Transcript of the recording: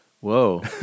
Whoa